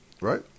right